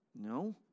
no